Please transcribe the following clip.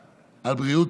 אני אמרתי היום ברדיו,